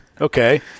Okay